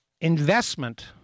investment